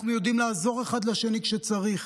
אנחנו יודעים לעזור אחד לשני כשצריך.